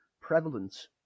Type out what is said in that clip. prevalent